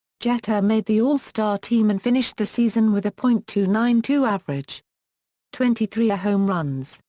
jeter made the all-star team and finished the season with a point two nine two average twenty three home runs,